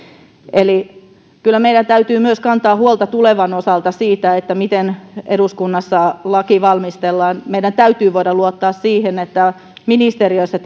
eli kyllä meidän täytyy myös kantaa huolta tulevan osalta siitä miten eduskunnassa laki valmistellaan meidän täytyy voida luottaa siihen että ministeriössä